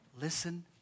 listen